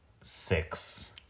six